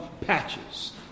patches